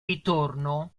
ritorno